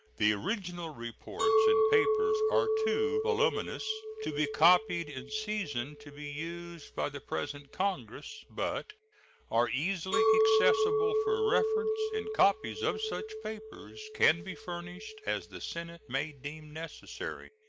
the original reports and papers are too voluminous to be copied in season to be used by the present congress, but are easily accessible for reference, and copies of such papers can be furnished as the senate may deem necessary.